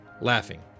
Laughing